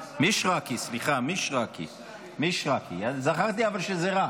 מישרקי, סליחה, מישרקי, אבל זכרתי שזה ר',